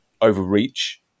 overreach